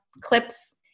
clips